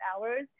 hours